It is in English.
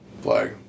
flag